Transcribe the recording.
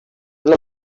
una